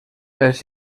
els